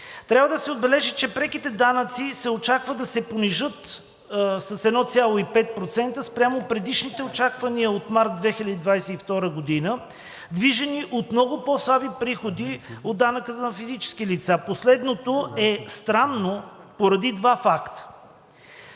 Трябва да се отбележи, че преките данъци се очаква да се понижат с 1,5% спрямо предишните очаквания от март 2022 г., движени от много по-слаби приходи от данъка за физическите лица. Последното е странно поради два факта.